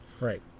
Right